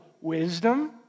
wisdom